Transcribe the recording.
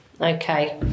Okay